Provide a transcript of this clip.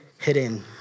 hidden